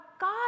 God